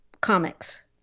comics